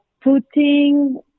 putting